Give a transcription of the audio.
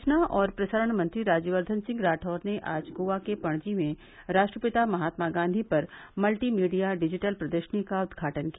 सूवना और प्रसारण मंत्री राज्यक्षन सिंह राठौर ने आज गोवा के पणजी में राष्ट्रपिता महात्मा गांधी पर मल्टी मीडिया डिजिटल प्रदर्शनी का उदघाटन किया